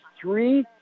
three